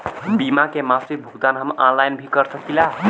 बीमा के मासिक भुगतान हम ऑनलाइन भी कर सकीला?